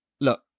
look